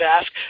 ask